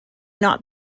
not